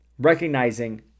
recognizing